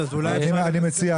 אני מציע